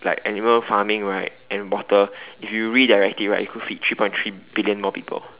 like animal farming right and water if you redirect it right you could feed three point three billion more people